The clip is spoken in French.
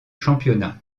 championnat